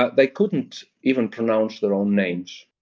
ah they couldn't even pronounce their own names.